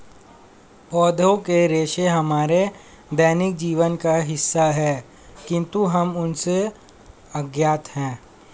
पौधों के रेशे हमारे दैनिक जीवन का हिस्सा है, किंतु हम उनसे अज्ञात हैं